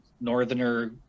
northerner